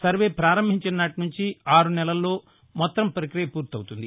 survey పారంభించిన నాటి నుండి ఆరు నెలల్లో మొత్తం ప్రక్రియ పూర్తవుతుంది